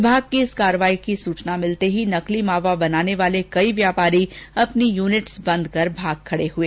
विभाग की इस कार्रवाई की सूचना मिलते ही नकली मावा बनाने वाले कई व्यापारी अपनी यूनिटस बंद कर भाग खड़े हुए